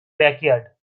backyard